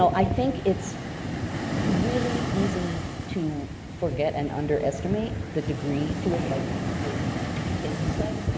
i think it's really easy to forget and underestimate the degree to which, like your kid said,